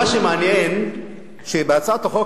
מה שמעניין שבהצעת החוק,